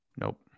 Nope